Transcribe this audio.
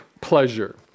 pleasure